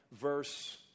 verse